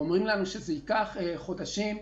אומרים שזה ייקח חודשים,